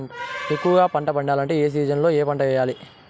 ఎక్కువగా పంట పండాలంటే ఏ సీజన్లలో ఏ పంట వేయాలి